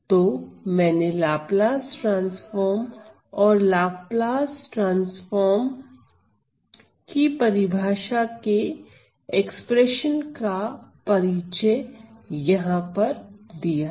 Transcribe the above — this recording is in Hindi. तो मैंने लाप्लास ट्रांसफार्म और लाप्लास ट्रांसफार्म की परिभाषा के एक्सप्रेशन का परिचय यहां पर दिया है